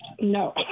No